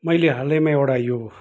मैले हालैमा एउटा यो